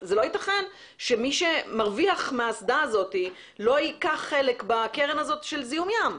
זה לא יתכן שמי שמרוויח מהאסדה הזאת לא ייקח חלק בפתרון של זיהום ים,